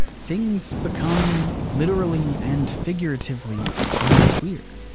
things become literally and figuratively unclear.